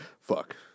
fuck